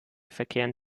verkehren